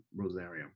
Rosarium